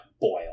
Boil